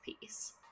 piece